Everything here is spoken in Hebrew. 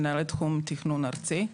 מנהלת תחום תכנון ארצי.